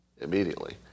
immediately